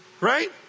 Right